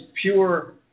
pure